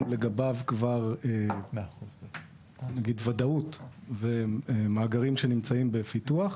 לגביו כבר ודאות ומאגרים שנמצאים בפיתוח,